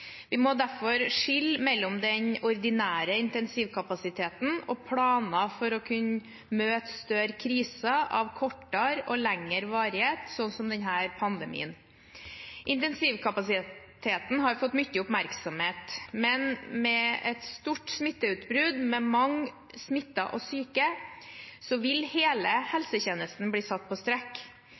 Vi må derfor skille mellom den ordinære intensivkapasiteten og planer for å kunne møte større kriser av kortere og lengre varighet, som denne pandemien. Intensivkapasiteten har fått mye oppmerksomhet, men ved et stort smitteutbrudd med mange smittede og syke vil hele helsetjenesten bli satt på strekk.